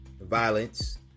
violence